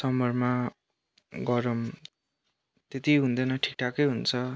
समरमा गरम त्यति हुँदैन ठिकठाकै हुन्छ